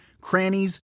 crannies